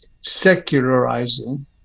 secularizing